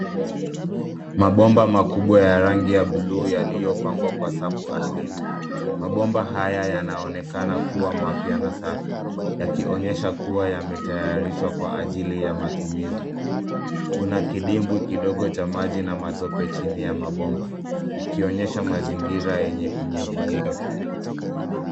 Mabomba makubwa ya rangi ya bluu yaliyopangwa kwa safu ardhini. Mabomba haya yanaonekana kuwa mapya na safi ,yakionyesha kuwa yametayarishwa kwa ajili ya matumizi. Kuna kidimbwi kidogo cha maji na matope chini ya mabomba, ikionyesha mazingira yenye unyevunyevu.